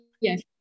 Yes